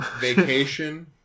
Vacation